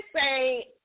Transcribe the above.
say